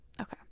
okay